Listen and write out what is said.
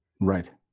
Right